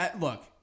look